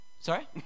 sorry